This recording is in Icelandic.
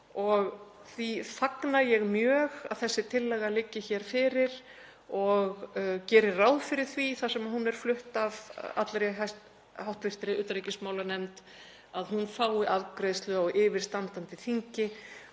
og því fagna ég mjög að þessi tillaga liggi hér fyrir og geri ráð fyrir því, þar sem hún er flutt af allri hv. utanríkismálanefnd, að hún fái afgreiðslu á yfirstandandi þingi